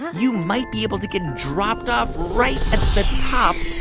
you might be able to get dropped off right at the top,